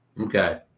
Okay